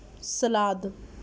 سلاد